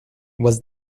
was